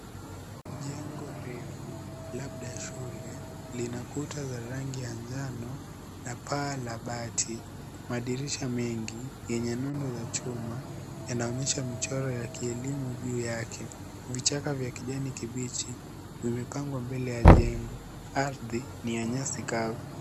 Jengo refu labda shule lina kuta za rangi ya njano na paa la bati. Madirisha mengi yenye nundu za chuma yanaonyesha michoro ya kielimu juu yake. Vichaka vya kijani kibichi vimepangwa mbele ya jengo. Ardhi ni ya nyasi kavu.